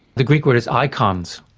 the greek word is icons,